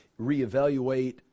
reevaluate